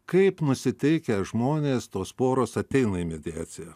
kaip nusiteikę žmonės tos poros ateina į mediaciją